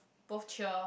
both cheer